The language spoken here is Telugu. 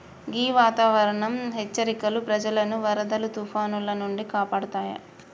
గీ వాతావరనం హెచ్చరికలు ప్రజలను వరదలు తుఫానాల నుండి కాపాడుతాయి